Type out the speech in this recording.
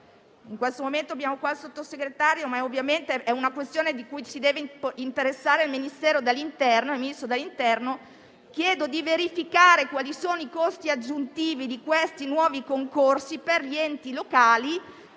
In questo momento è qui presente il Sottosegretario, ma ovviamente è una questione di cui si deve interessare il Ministro dell'interno: io chiedo di verificare quali sono i costi aggiuntivi dei nuovi concorsi per gli enti locali.